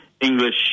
English